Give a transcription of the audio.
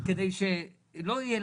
היה לחץ.